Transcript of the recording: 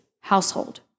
household